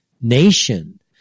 nation